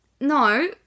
No